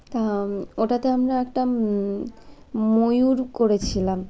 তা ওটাতে আমরা একটা ময়ূর করেছিলাম